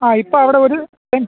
ആ ഇപ്പോൾ അവിടൊരു സെൻ